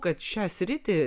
kad šią sritį